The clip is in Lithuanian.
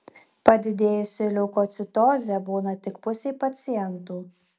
padidėjusi leukocitozė būna tik pusei pacientų